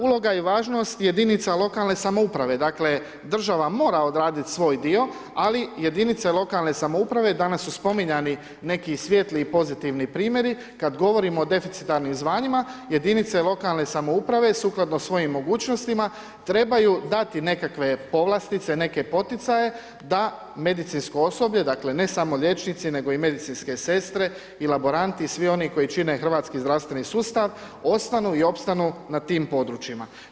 Uloga i važnost jedinica lokalne samouprave, dakle država mora odraditi svoj dio ali jedinice lokalne samouprave danas su spominjani neki svijetli i pozitivni primjeri, kada govorimo o deficitarnim zvanjima jedinice lokalne samouprave sukladno svojim mogućnostima trebaju dati nekakve povlastice, neke poticaje da medicinsko osoblje, dakle ne samo liječnici nego i medicinske sestre i laboranti i svi oni koji čine hrvatski zdravstveni sustav ostanu i opstanu na tim područjima.